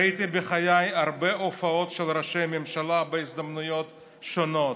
ראיתי בחיי הרבה הופעות של ראשי ממשלה בהזדמנויות שונות,